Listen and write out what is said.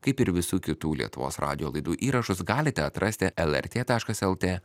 kaip ir visų kitų lietuvos radijo laidų įrašus galite atrasti lrt taškas lt